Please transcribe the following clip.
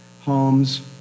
homes